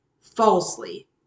falsely